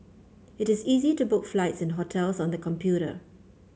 it is easy to book flights and hotels on the computer